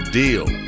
deal